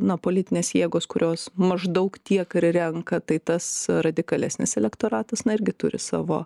na politinės jėgos kurios maždaug tiek ir renka tai tas radikalesnis elektoratas na irgi turi savo